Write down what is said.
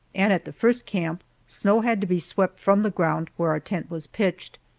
and at the first camp snow had to be swept from the ground where our tent was pitched.